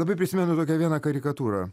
labai prisimenu tokią vieną karikatūrą